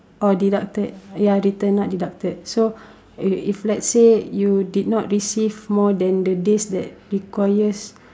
or deducted ya returned not deducted so it if let's say you did not receive more than the days that requires